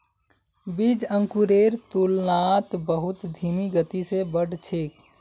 बीज अंकुरेर तुलनात बहुत धीमी गति स बढ़ छेक